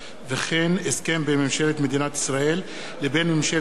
וכן הסכם בין ממשלת מדינת ישראל לבין ממשלת איי